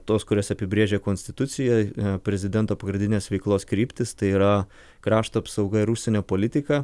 tos kurias apibrėžia konstitucijoj prezidento pagrindinės veiklos kryptys tai yra krašto apsauga ir užsienio politika